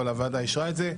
אבל הוועדה אישרה את זה.